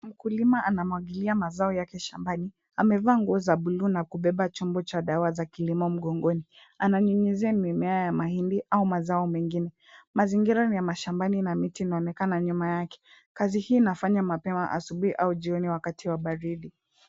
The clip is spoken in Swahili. Mkulima anamwagilia mazao yake shambani .Amevaa nguo za buluu na kubeba chombo cha dawa za kilimo mgongoni. Ananyunyuzia mimea ya mahindi au mazao mengine. Mazingira ni ya mashambani na miti inaonekana nyuma yake. Kazi hii inafanywa mapema asubuhi au jioni wakati wa baridi.